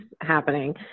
happening